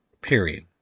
Period